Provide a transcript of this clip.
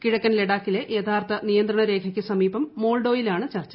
കിഴക്കൻ പ്രല്ഡാ്ക്കിലെ യഥാർത്ഥ നിയന്ത്രണ രേഖയ്ക്ക് സമീപ്പം മോൾഡോയിലാണ് ചർച്ച